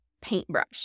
paintbrush